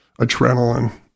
adrenaline